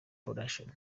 productions